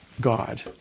God